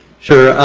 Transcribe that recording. sure.